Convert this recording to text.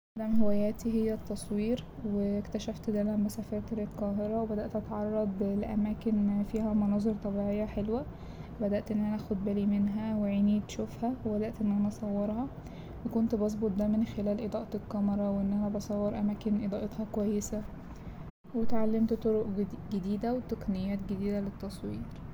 أقدم هواياتي هي التصوير واكتشفت ده لما سافرت للقاهرة وبدأت أتعرض لأماكن فيها مناظر طبيعية حلوة بدأت إن أنا أخد بالي منها وعيني تشوفها وبدأت إن أنا اصورها وكنت بظبط ده من خلال إضاءة الكاميرا وإن أنا بصور أماكن اضاءتها كويسة واتعلمت طرق ج- جديدة وتقنيات جديدة للتصوير.